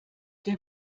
der